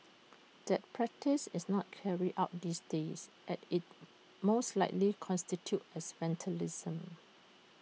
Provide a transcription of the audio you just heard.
that practice is not carried out these days at IT most likely constitutes as vandalism